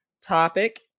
topic